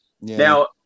Now